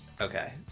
Okay